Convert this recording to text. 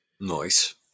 Nice